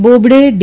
Bobde D